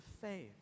faith